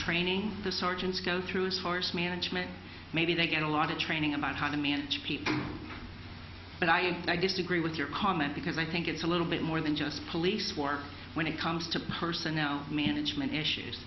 training the sergeants go through is force management maybe they get a lot of training about how to manage people but i i disagree with your comment because i think it's a little bit more than just police work when it comes to personnel management issues